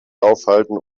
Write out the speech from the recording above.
aufhalten